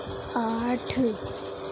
آٹھ